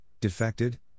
defected